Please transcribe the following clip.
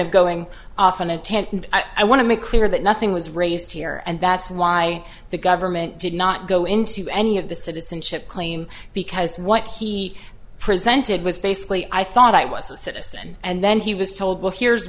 of going off on a tangent i want to make clear that nothing was raised here and that's why the government did not go into any of the citizenship claim because what he presented was basically i thought it was a citizen and then he was told well here's